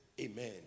Amen